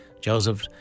Joseph